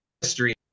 history